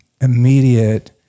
immediate